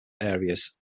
areas